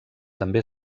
també